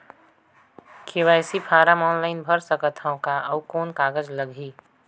KYC form online भर सकत हवं का? अउ कौन कागज लगही?